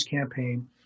campaign